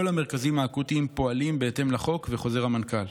כל המרכזים האקוטיים פועלים בהתאם לחוק וחוזר המנכ"ל.